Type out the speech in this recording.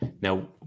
now